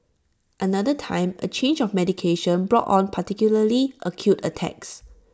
another time A change of medication brought on particularly acute attacks